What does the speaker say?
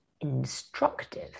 instructive